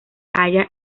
halla